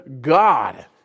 God